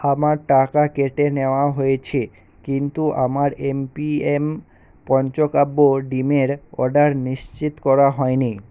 আমার টাকা কেটে নেওয়া হয়েছে কিন্তু আমার এম পি এম পঞ্চকাব্য ডিমের অর্ডার নিশ্চিত করা হয় নি